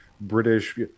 British